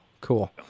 Cool